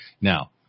Now